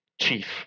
chief